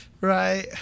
right